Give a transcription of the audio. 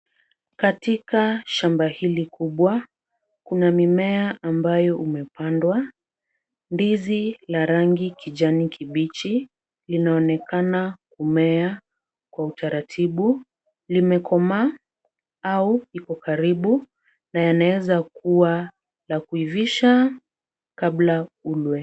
Katika shamba hili kubwa, kuna mimea ambayo umepandwa. Ndizi la rangi kijani kibichi linaonekana kumea kwa utaratibu. Limekomaa au iko karibu na yanaweza kuwa la kuivisha kabla ulwe.